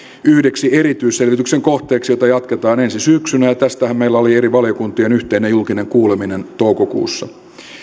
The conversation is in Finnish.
yhdeksi erityisselvityksen kohteeksi jota jatketaan ensi syksynä ja tästähän meillä oli eri valiokuntien yhteinen julkinen kuuleminen toukokuussa